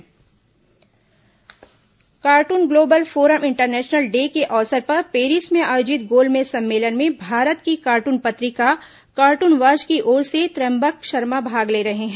गोल मेज सम्मेलन cartoon global forum international day के अवसर पर पेरिस में आयोजित गोल मेज सम्मेलन में भारत की कार्टून पत्रिका कार्टून वॉच की ओर से त्रयम्बक शर्मा भाग ले रहे हैं